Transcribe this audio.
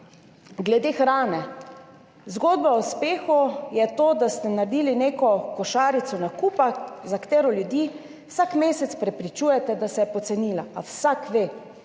Glede hrane. Zgodba o uspehu je to, da ste naredili neko košarico nakupa, za katero ljudi vsak mesec prepričujete, da se je pocenila, a vsak ve,